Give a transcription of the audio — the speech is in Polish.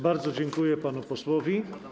Bardzo dziękuję panu posłowi.